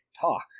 talk